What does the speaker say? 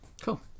Cool